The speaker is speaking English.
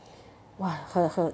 !wah! her her